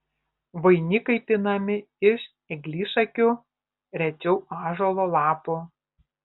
vainikai pinami iš eglišakių rečiau ąžuolo lapų